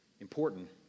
important